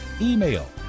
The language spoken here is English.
email